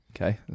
okay